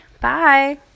Bye